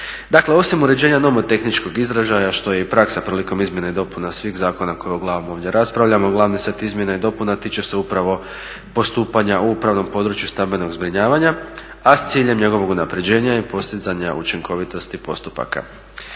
Dakle osim uređenja nomotehničkog izražaja što je i praksa prilikom izmjena i dopuna svih zakona koje uglavnom ovdje raspravljamo glavni set izmjena i dopuna tiče se upravo postupanja u upravnom području stambenog zbrinjavanja a s ciljem njegovog unapređenja i postizanja učinkovitosti postupaka.